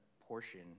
portion